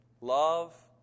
Love